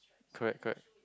correct correct